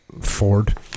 Ford